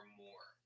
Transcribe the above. more